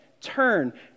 Turn